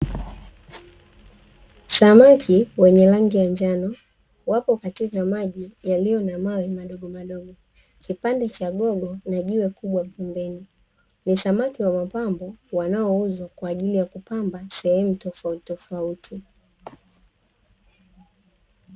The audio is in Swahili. Samaki wenye rangi ya njano wapo katika maji wametulia ni samaki wanao uzwa katika sehemu tofautitofauti